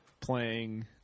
playing